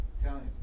Italian